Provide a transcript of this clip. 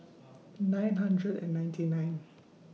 nine hundred and ninety nine